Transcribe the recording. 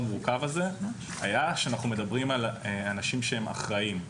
מורכב הזה היה שאנחנו מדברים על אנשים שהם אחראים.